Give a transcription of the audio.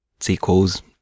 sequels